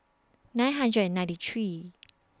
nine hundred and ninety three